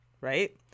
right